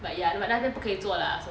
but ya 那边不可以坐 lah